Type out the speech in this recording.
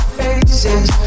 faces